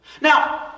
now